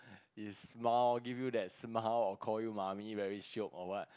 his smile give you that smile or call you mummy very shiok or what